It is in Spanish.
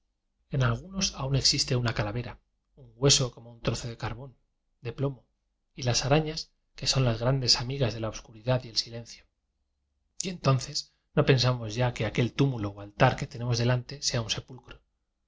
en algunos aún existe una calavera un hueso como un trozo de carbón de plomo y las arañas que son las grandes amigas de la obscuridad y el silencio y entonces no pensamos ya que aquel túmulo o altar que tenemos delante sea un sepulcro